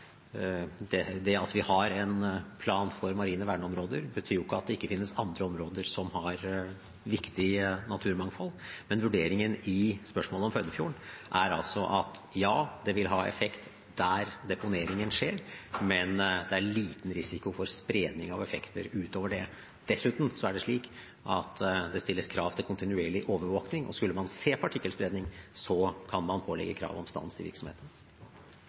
At vi har en plan for marine verneområder, betyr jo ikke at det ikke finnes andre områder som har viktig naturmangfold, men vurderingen i spørsmålet om Førdefjorden er: Ja, det vil ha effekt der deponeringen skjer, men det er liten risiko for spredning av effekter utover det. Dessuten stilles det krav til kontinuerlig overvåking, og skulle man se partikkelspredning, kan man pålegge krav om stans i virksomheten.